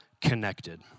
connected